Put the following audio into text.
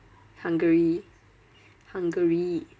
hungary hungary